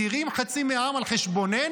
מדירים חצי מהעם על חשבוננו?